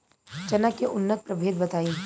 चना के उन्नत प्रभेद बताई?